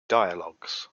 dialogues